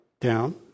down